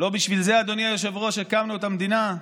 לא בשביל זה, אדוני היושב-ראש, הקמנו את המדינה?